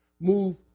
Move